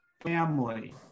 Family